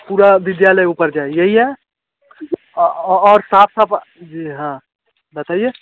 पूरा विद्यालय ऊपर जाए यही है और साफ साफ जी हाँ बताइए